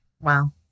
wow